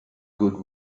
good